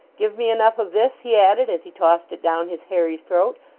give me enough of this he added, as he tossed it down his hairy throat,